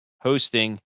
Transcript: hosting